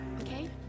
okay